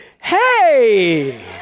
hey